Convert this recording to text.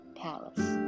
palace